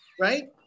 Right